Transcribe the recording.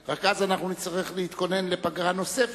רק אז אנחנו נצטרך להתכונן לפגרה נוספת,